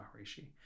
Maharishi